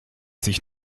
sich